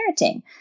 parenting